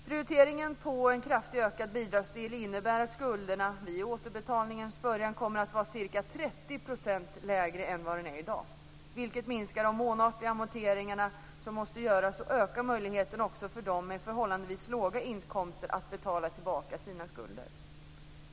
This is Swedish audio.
Prioriteringen på en kraftigt ökad bidragsdel innebär att skulderna vid återbetalningens början kommer att vara ca 30 % lägre än i dag, vilket minskar de månatliga amorteringarna och ökar möjligheterna också för dem med förhållandevis låga inkomster att betala tillbaka sina skulder.